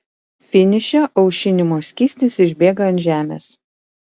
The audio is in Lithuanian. finiše aušinimo skystis išbėga ant žemės